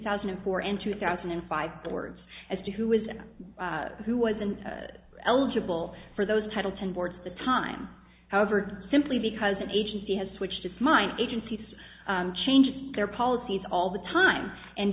thousand and four and two thousand and five boards as to who was and who wasn't eligible for those title ten boards the time however simply because an agency has switched its mind agencies changed their policies all the time and